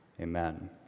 Amen